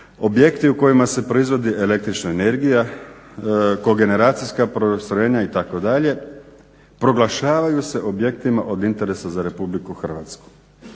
objekti u kojima se proizvodi električna energija, koneneracijska postrojenja itd. proglašavaju se objektima od interesa za Republiku Hrvatsku.".